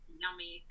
yummy